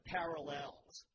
parallels